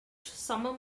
summer